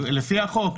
לפי החוק,